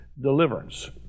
deliverance